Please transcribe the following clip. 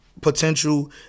potential